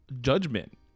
judgment